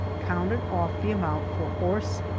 counted off the amount for horse,